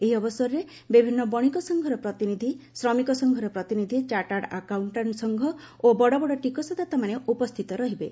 ଏହି ଅବସରରେ ବିଭିନ୍ନ ବଣିକ ସଫଘର ପ୍ରତିନିଧି ଶ୍ରମିକ ସଫଘର ପ୍ରତିନିଧି ଚାଟାର୍ଡ ଆକାଉଷ୍ଟାଣ୍ଟ୍ ସଂଘ ଓ ବଡ଼ବଡ଼ ଟିକସଦାତାମାନେ ଉପସ୍ଥିତ ରହିବେ